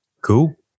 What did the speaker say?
Cool